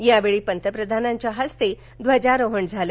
यावेळी पंतप्रधानांच्या हस्ते ध्वजारोहण झालं